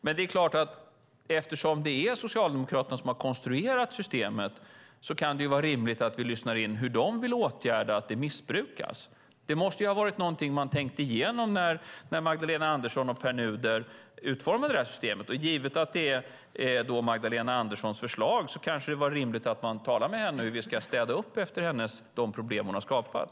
Men eftersom det är Socialdemokraterna som har konstruerat systemet kan det vara rimligt att vi lyssnar in hur de vill åtgärda att det missbrukas. Det måste ha varit någonting som de tänkte igenom när Magdalena Andersson och Pär Nuder utformade detta system. Givet att det är Magdalena Anderssons förslag kanske det är rimligt att tala med henne om hur vi ska städa upp efter de problem som hon har skapat.